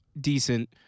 decent